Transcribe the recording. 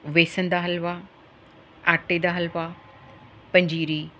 ਵੇਸਨ ਦਾ ਹਲਵਾ ਆਟੇ ਦਾ ਹਲਵਾ ਪੰਜੀਰੀ